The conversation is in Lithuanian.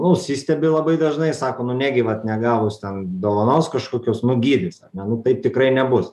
nusistebi labai dažnai sako nu negi vat negavus ten dovanos kažkokios nugydys ar ne nu taip tikrai nebus